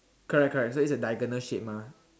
correct correct so it's a diagonal mah